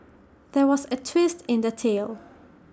there was A twist in the tale